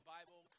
Bible